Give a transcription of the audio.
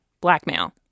blackmail